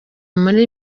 muri